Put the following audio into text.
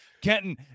Kenton